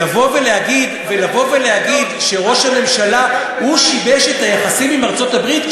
לבוא ולהגיד שראש הממשלה הוא ששיבש את היחסים עם ארצות-הברית,